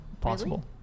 possible